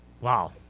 Wow